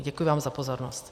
Děkuji vám za pozornost.